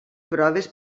proves